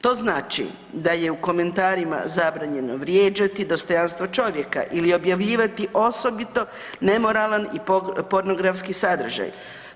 To znači da je u komentarima zabranjeno vrijeđati dostojanstvo čovjeka ili objavljivati osobito nemoralan i pornografski sadržaj.